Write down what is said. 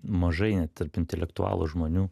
mažai net tarp intelektualų žmonių